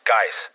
Guys